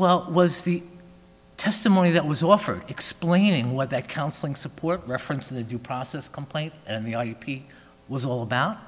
well was the testimony that was offered explaining what that counseling support reference to the due process complaint and the ip was all about